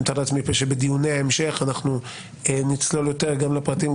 אני מתאר לעצמי פה שבדיוני ההמשך אנחנו נצלול יותר גם לפרטים,